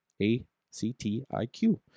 A-C-T-I-Q